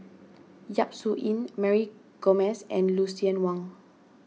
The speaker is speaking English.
Yap Su Yin Mary Gomes and Lucien Wang